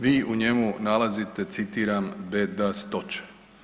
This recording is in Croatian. Vi u njemu nalazite, citiram „bedastoće“